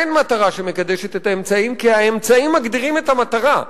אין מטרה שמקדשת את האמצעים כי האמצעים מגדירים את המטרה.